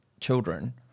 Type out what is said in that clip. children